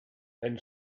then